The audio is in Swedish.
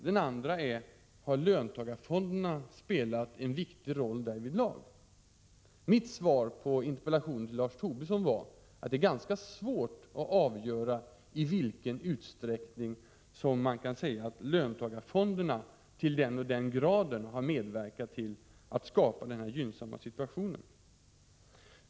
Den andra är: Har löntagarfonderna spelat en viktig roll därvidlag? Mitt svar på interpellationen från Lars Tobisson var att det är ganska svårt att avgöra i vilken utsträckning löntagarfonderna har medverkat till att skapa denna gynnsamma situation.